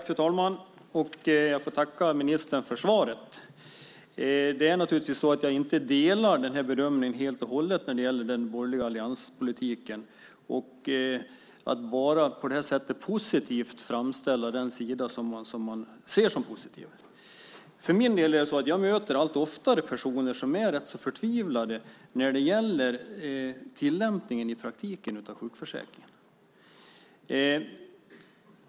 Fru talman! Jag får tacka ministern för svaret. Jag delar naturligtvis inte helt och hållet bedömningen när det gäller den borgerliga alliansens politik, att på det här sättet positivt framställa bara den sida som man ser som positiv. För min del möter jag allt oftare personer som är rätt förtvivlade när det gäller tillämpningen i praktiken av rätten till sjukförsäkring.